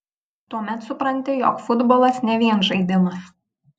tuomet supranti jog futbolas ne vien žaidimas